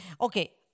Okay